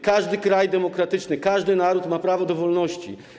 Każdy kraj demokratyczny, każdy naród ma prawo do wolności.